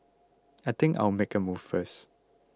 I think I'll make a move first